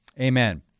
Amen